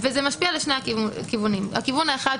וזה משפיע לשני הכיוונים: הכיוון האחד,